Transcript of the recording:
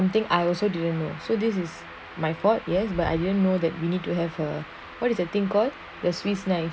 this is something I also didn't know so this is my fault yes but I didn't know that you need to have a what is that thing called the swiss knife